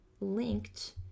linked